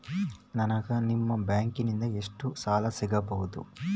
ನನಗ ನಿಮ್ಮ ಬ್ಯಾಂಕಿನಿಂದ ಎಷ್ಟು ಸಾಲ ಸಿಗಬಹುದು?